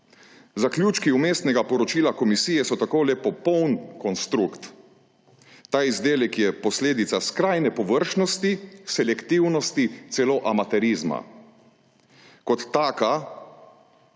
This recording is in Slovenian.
Zaključki vmesnega poročila komisije so tako le popoln konstrukt. Ta izdelek je posledica skrajne površnosti, selektivnosti celo amaterizma. Kot takšna,